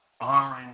orange